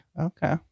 Okay